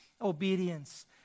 obedience